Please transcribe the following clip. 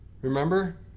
remember